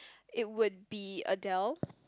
it would be Adele